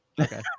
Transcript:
Okay